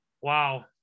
Wow